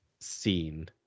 scene